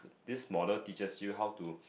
this model teaches you how to